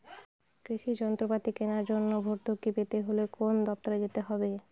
কৃষি যন্ত্রপাতি কেনার জন্য ভর্তুকি পেতে হলে কোন দপ্তরে যেতে হবে?